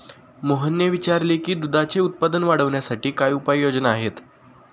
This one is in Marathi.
मोहनने विचारले की दुधाचे उत्पादन वाढवण्यासाठी काय उपाय योजना आहेत?